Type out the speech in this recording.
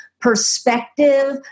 perspective